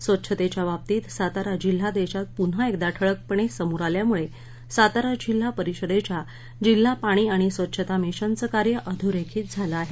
स्वच्छतेच्या बाबतीत सातारा जिल्हा देशात पुन्हा एकदा ठळकपणे समोर आल्यामुळे सातारा जिल्हा परिषदेच्या जिल्हा पाणी आणि स्वच्छता मिशनचं कार्य अधोरेखित झाले आहे